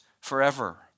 forever